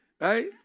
right